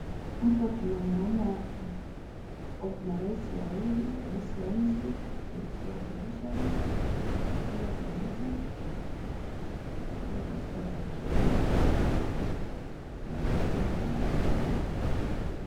Hapa tunamuona marais wawili, rais wa nchi, rais wa judiciary, wakiwa pamoja, wakiwa katika function moja. Na wote wamekubaliana pamoja.